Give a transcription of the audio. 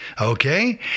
Okay